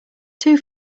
two